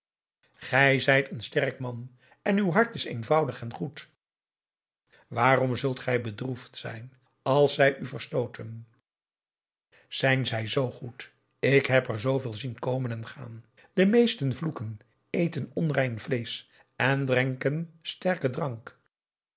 gij zijt een sterke man en uw hart is eenvoudig en goed waarom zult gij bedroefd zijn als zij u verstooten zijn zij zoo goed ik heb er zooveel zien komen en gaan de meesten vloeken eten onrein vleesch en drinken sterken drank